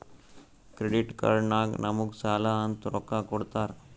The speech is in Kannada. ಕ್ರೆಡಿಟ್ ಕಾರ್ಡ್ ನಾಗ್ ನಮುಗ್ ಸಾಲ ಅಂತ್ ರೊಕ್ಕಾ ಕೊಡ್ತಾರ್